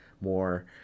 more